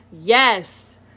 Yes